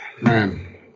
Man